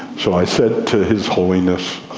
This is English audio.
so i said to his holiness,